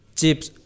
chips